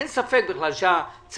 אין ספק בכלל שהצהרונים,